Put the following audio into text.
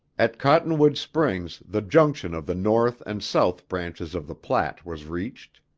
at cottonwood springs the junction of the north and south branches of the platte was reached.